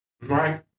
Right